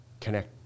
connect